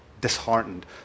disheartened